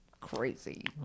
crazy